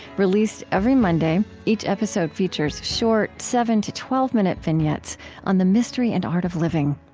released every monday, each episode features short, seven to twelve minute vignettes on the mystery and art of living.